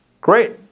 Great